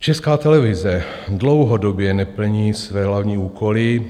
Česká televize dlouhodobě neplní své hlavní úkoly.